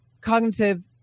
cognitive